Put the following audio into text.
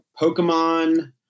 Pokemon